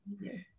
Yes